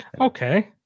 Okay